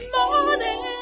morning